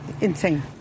insane